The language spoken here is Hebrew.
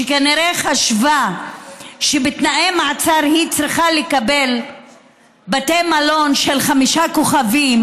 שכנראה חשבה שבתנאי מעצר היא צריכה לקבל בתי מלון של חמישה כוכבים,